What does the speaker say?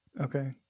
Okay